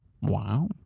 Wow